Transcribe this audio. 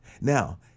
now